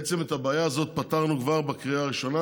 בעצם את הבעיה הזאת פתרנו כבר בקריאה הראשונה,